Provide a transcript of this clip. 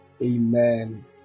Amen